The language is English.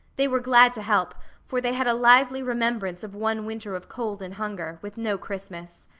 they were glad to help for they had a lively remembrance of one winter of cold and hunger, with no christmas.